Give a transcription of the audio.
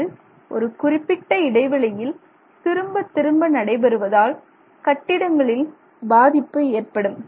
இது ஒரு குறிப்பிட்ட இடைவெளியில் திரும்பத் திரும்ப நடைபெறுவதால் கட்டிடங்களில் பாதிப்பு ஏற்படும்